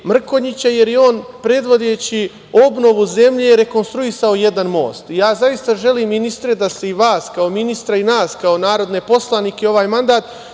Mrkonjića, jer je on predvodeći obnovu zemlje rekonstruisao jedan most. Ja zaista želim ministre da se i vas kao ministra i nas kao narodne poslanike u ovom mandatu,